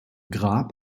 grab